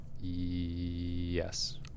Yes